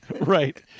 Right